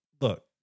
look